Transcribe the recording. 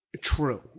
True